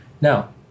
Now